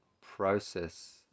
process